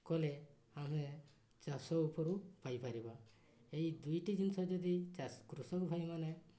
କଲେ ଆମେ ଚାଷ ଉପରୁ ପାଇପାରିବା ଏଇ ଦୁଇଟି ଜିନିଷ ଯଦି କୃଷକ ଭାଇମାନେ